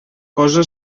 cosa